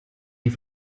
die